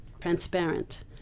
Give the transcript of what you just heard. Transparent